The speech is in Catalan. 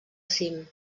cim